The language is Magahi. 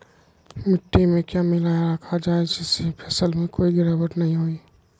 मिट्टी में क्या मिलाया रखा जाए जिससे फसल में कोई गिरावट नहीं होई?